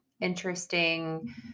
interesting